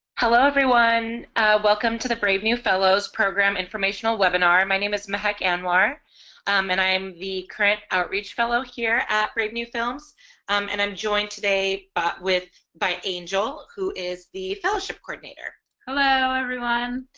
hello everyone welcome to the brave new fellows program informational webinar my name is mehak anwar um and i am the current outreach fellow here at brave new films and i'm joined today by angel who is the fellowship coordinator. hello everyone.